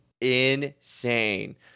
Insane